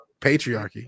patriarchy